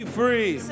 free